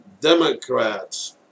Democrats